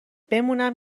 بمونم